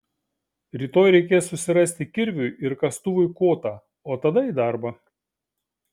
rytoj reikės susirasti kirviui ir kastuvui kotą o tada į darbą